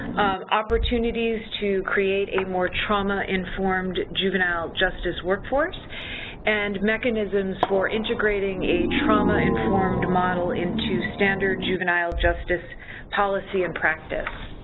opportunities to create a more trauma-informed juvenile justice workforce and mechanisms for integrating a trauma-informed model into standard juvenile justice policy and practice.